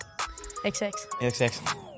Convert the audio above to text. XX